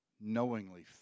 knowingly